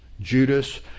Judas